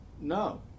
no